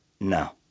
No